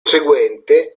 seguente